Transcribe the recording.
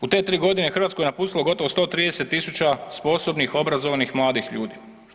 U te tri godine Hrvatsku je napustilo gotovo 130.000 sposobnih obrazovanih mladih ljudi.